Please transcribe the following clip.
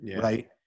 right